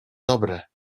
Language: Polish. dobre